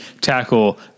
tackle